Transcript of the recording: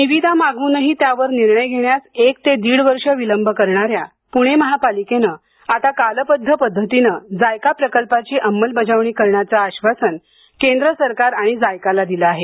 निविदा मागव्रनही त्यावर निर्णय घेण्यास एक ते दीड वर्ष विलंब करणाऱ्या पुणे महापालिकेने आता कालबद्ध पद्धतीने जायका प्रकल्पाची अंमलबजावणी करण्याचे आश्वासन केंद्र सरकार आणि जायकाला दिले आहे